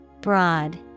Broad